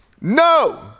no